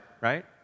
right